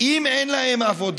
שבו ליד שולחן הממשלה.